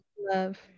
love